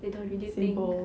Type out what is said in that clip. they don't really think